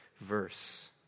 verse